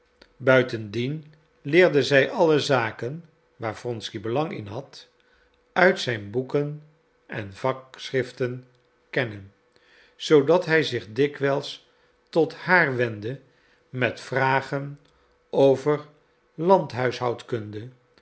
buitendien leerde zij alle zaken waar wronsky belang bij had uit zijn boeken en vakschriften kennen zoodat hij zich dikwijls tot haar wendde met vragen over landhuishoudkunde